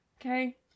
Okay